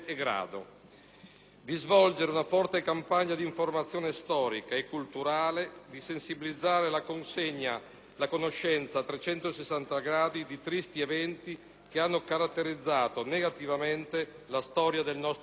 di svolgere una forte campagna di informazione storica e culturale; di sensibilizzare la conoscenza a 360 gradi di tristi eventi che hanno caratterizzato negativamente la storia del nostro Paese.